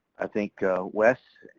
i think wes,